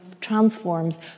transforms